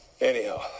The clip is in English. Anyhow